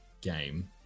game